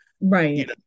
right